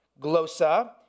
glosa